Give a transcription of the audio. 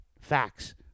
Facts